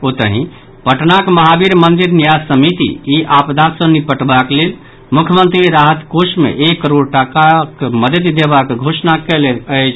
ओतहि पटनाक महावीर मंदिर न्यास समिति ई आपदा सॅ निपटबाक लेल मुख्यमंत्री राहत कोष मे एक करोड़ टाकाक मददि देबाक घोषणा कयलक अछि